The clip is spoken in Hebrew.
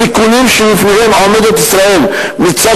הסיכונים שבפניהם עומדת ישראל מצד